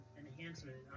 enhancement